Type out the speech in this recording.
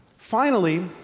finally,